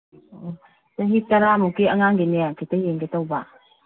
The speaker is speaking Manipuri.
ꯆꯍꯤ ꯇꯔꯥꯃꯨꯛꯀꯤ ꯑꯉꯥꯡꯒꯤꯅꯦ ꯈꯤꯇ ꯌꯦꯡꯒꯦ ꯇꯧꯕ